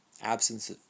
absence